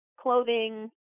clothing